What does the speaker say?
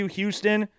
Houston